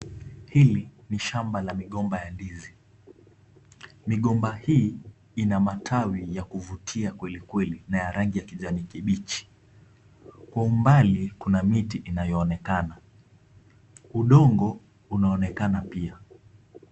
Hili ni shamba la migomba ya ndizi, migomba hii ina matawi ya kufutia kweli kweli na ya rangi ya kijani kibichi kwa umbali kuna miti inayoonekana udongo unaonekana pia.